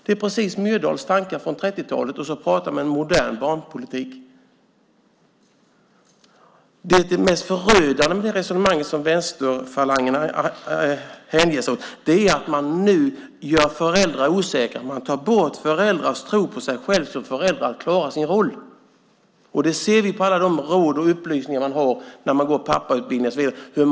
Man har precis Myrdals tankar från 1930-talet, och så säger man att det är en modern barnpolitik! Det mest förödande med vänsterfalangens resonemang är att man nu gör föräldrar osäkra. Man tar bort föräldrars tro på sig själva, på att de ska klara sin roll. Det ser vi på alla de råd och upplysningar man får i pappautbildningar och så vidare.